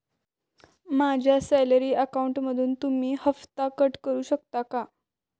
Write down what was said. माझ्या सॅलरी अकाउंटमधून तुम्ही हफ्ता कट करू शकता का?